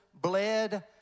bled